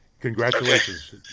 Congratulations